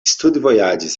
studvojaĝis